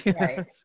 Right